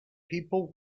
people